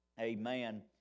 Amen